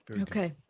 Okay